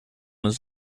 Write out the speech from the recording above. his